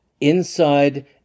inside